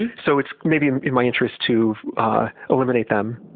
and so, it's maybe in my interest to eliminate them.